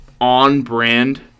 on-brand